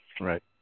right